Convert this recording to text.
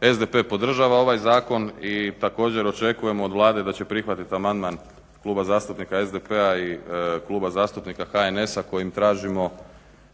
SDP podržava ovaj zakon i također očekujemo od Vlade da će prihvatiti amandman Kluba zastupnika SDP-a i Kluba zastupnika HNS-a kojim tražimo